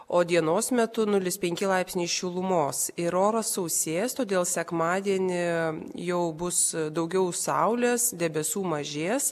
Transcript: o dienos metu nulis penki laipsniai šilumos ir oras sausės todėl sekmadienį jau bus daugiau saulės debesų mažės